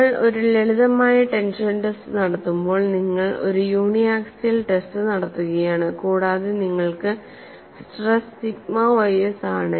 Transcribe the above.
നിങ്ങൾ ഒരു ലളിതമായ ടെൻഷൻ ടെസ്റ്റ് നടത്തുമ്പോൾ നിങ്ങൾ ഒരു യൂണി ആക്സിയൽ ടെസ്റ്റ് നടത്തുകയാണ് കൂടാതെ നിങ്ങൾക്ക് സ്ട്രെസ് സിഗ്മ ys ആണ്